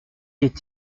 est